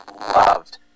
loved